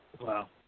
Wow